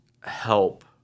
help